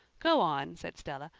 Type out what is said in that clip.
go on, said stella.